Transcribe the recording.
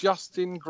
Justin